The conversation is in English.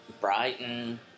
Brighton